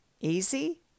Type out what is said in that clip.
Easy